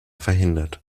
verhindert